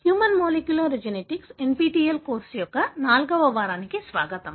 human molecular genetics NPTEL course యొక్క నాల్గవ వారానికి స్వాగతం